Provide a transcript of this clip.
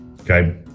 okay